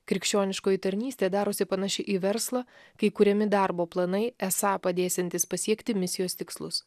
krikščioniškoji tarnystė darosi panaši į verslą kai kuriami darbo planai esą padėsiantys pasiekti misijos tikslus